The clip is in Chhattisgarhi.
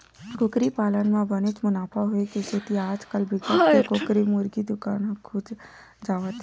कुकरी पालन म बनेच मुनाफा होए के सेती आजकाल बिकट के कुकरी मुरगी दुकान ह खुलत जावत हे